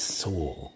soul